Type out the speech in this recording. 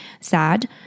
sad